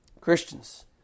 christians